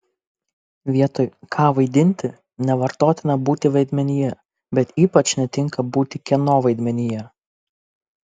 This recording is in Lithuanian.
vietoj ką vaidinti nevartotina būti vaidmenyje bet ypač netinka būti kieno vaidmenyje